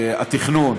התכנון,